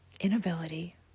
inability